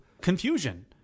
confusion